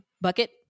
bucket